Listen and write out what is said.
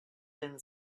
been